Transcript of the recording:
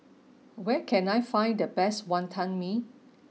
where can I find the best Wantan Mee